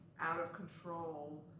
out-of-control